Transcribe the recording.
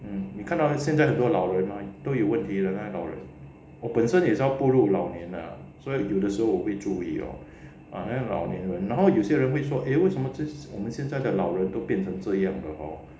嗯你看到现在很多老人吗都有问题的我本身不漏于老年人所以有时候我会注意 ren ma dou you wen ti de wo ben shen bu lou yu lao ren suo yi you shi hou wo hui zhu yi